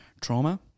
trauma